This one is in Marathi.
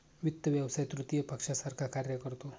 वित्त व्यवसाय तृतीय पक्षासारखा कार्य करतो